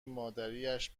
مادریاش